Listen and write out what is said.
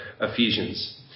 Ephesians